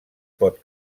pot